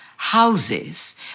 houses